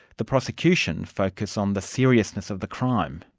the prosecution focus on the seriousness of the crime,